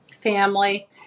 family